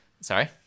Sorry